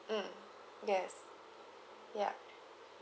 mm yes ya